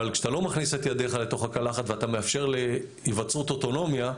אבל כשאתה לא מכניס את ידך לתוך הקלחת ואתה מאפשר להיווצרות אוטונומיה,